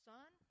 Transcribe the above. Son